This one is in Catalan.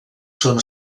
són